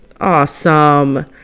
Awesome